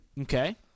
Okay